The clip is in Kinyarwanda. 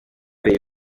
areba